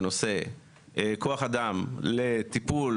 בנושא כוח אדם לטיפול